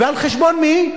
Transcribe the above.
ועל חשבון מי?